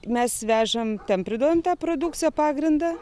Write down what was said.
mes vežam ten priduotam tą produkciją pagrindą